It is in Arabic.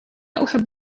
أحب